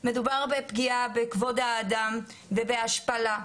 מדובר בפגיעה בכבוד האדם ובהשפלה.